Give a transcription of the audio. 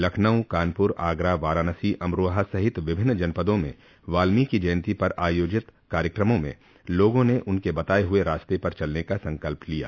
लखनऊ कानपुर आगरा वाराणसी अमरोहा सहित विभिन्न जनपदों में वाल्मीकि जयन्ती पर आयोजित कार्यक्रमो में लोगों ने उनके बताये हुये रास्ते पर चलने का संकल्प लिया